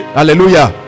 hallelujah